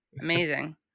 amazing